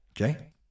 Okay